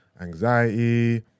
anxiety